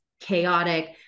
chaotic